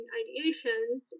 ideations